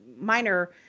minor